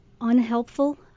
Unhelpful